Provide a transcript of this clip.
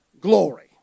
glory